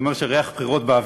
זה אומר "ריח בחירות".